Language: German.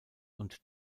und